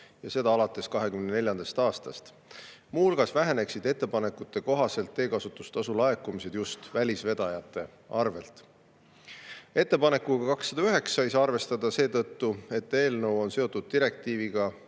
seda alates 2024. aastast. Muu hulgas väheneksid ettepanekute kohaselt teekasutustasu laekumised just välisvedajatelt. Ettepanekuga 209 ei saa arvestada seetõttu, et eelnõu on seotud direktiiviga,